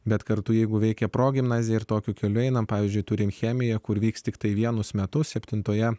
bet kartu jeigu veikė progimnazija ir tokiu keliu einame pavyzdžiui turime chemiją kur vyks tiktai vienus metus septintoje